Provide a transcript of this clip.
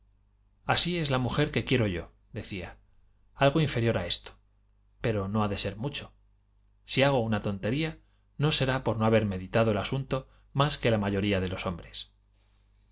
así es la mujer que quiero yodecía algo inferior a esto pero no ha de ser mucho si hago una tontería no será por no haber meditado el asunto más que la mayoría de los hombres